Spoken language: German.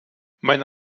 mein